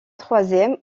troisième